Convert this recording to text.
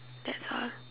that's all